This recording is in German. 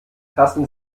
passen